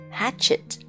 hatchet